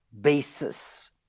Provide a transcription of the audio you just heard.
basis